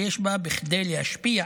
שיש בה בכדי להשפיע